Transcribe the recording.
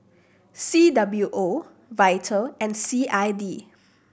C W O Vital and C I D